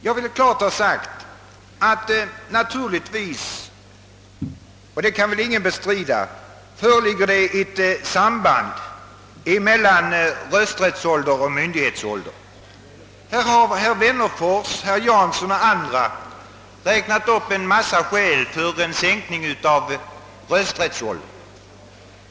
Jag vill klart ha sagt — och det kan väl ingen bestrida — att det naturligtvis föreligger ett samband mellan rösträttsålder och myndighetsålder. Herr Wennerfors, herr Jansson och andra talare har räknat upp en massa skäl för en sänkning av rösträttsåldern.